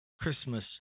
Christmas